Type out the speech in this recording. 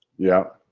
yeah.